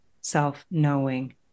self-knowing